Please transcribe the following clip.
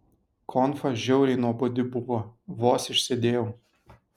konfa žiauriai nuobodi buvo vos išsėdėjau